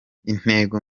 intego